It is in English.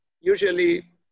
usually